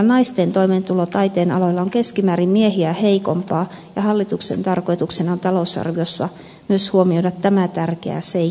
naisten toimeentulo taiteen aloilla on keskimäärin miehiä heikompaa ja hallituksen tarkoituksena on talousarviossa huomioida myös tämä tärkeä seikka